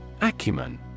Acumen